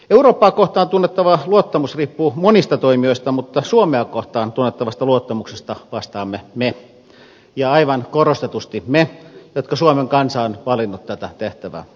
eurooppaa kohtaan tunnettava luottamus riippuu monista toimijoista mutta suomea kohtaan tunnettavasta luottamuksesta vastaamme me ja aivan korostetusti me jotka suomen kansa on valinnut tätä tehtävää hoitamaan